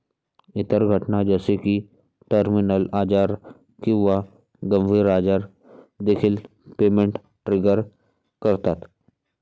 इतर घटना जसे की टर्मिनल आजार किंवा गंभीर आजार देखील पेमेंट ट्रिगर करतात